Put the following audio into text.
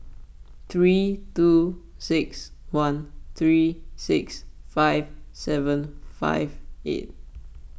three two six one three six five seven five eight